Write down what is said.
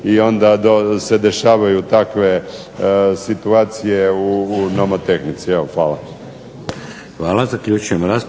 i onda se dešavaju takve situacije u nomotehnici. Evo